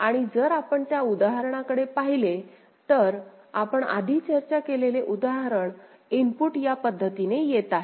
आणि जर आपण त्या उदाहरणाकडे पाहिले तर आपण आधी चर्चा केलेले उदाहरण इनपुट या पद्धतीने येत आहे